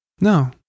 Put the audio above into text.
No